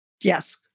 Yes